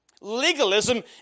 legalism